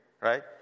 right